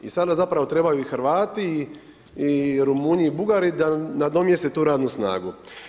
I sada zapravo trebaju i Hrvati i Rumunji i Bugari, da nadomjeste tu radnu snagu.